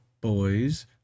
Boys